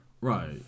Right